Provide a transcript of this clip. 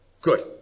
Good